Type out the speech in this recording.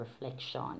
reflection